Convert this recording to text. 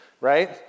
right